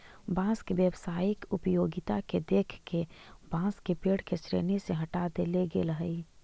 बाँस के व्यावसायिक उपयोगिता के देख के बाँस के पेड़ के श्रेणी से हँटा देले गेल हइ